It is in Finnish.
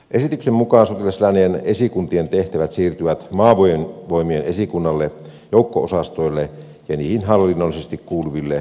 esityksen mukaan sotilasläänien esikuntien tehtävät siirtyvät maavoimien esikunnalle joukko osastoille ja niihin hallinnollisesti kuuluville aluetoimistoille